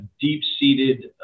deep-seated